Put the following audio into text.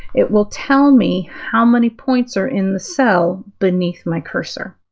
it will tell me how many points are in the cell beneath my cursor.